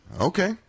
Okay